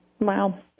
Wow